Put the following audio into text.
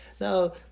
Now